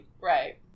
Right